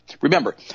Remember